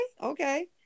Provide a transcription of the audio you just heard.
okay